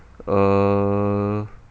err